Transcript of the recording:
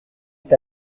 est